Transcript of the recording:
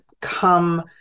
come